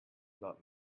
not